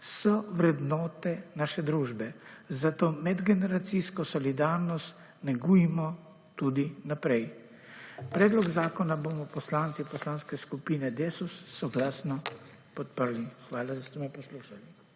so vrednote naše družbe, zato medgeneracijsko solidarnost negujmo tudi naprej. Predlog zakona bomo poslanci poslanke skupine Desus soglasno podprli. Hvala, da ste me poslušali.